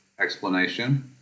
explanation